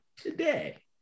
today